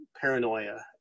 paranoia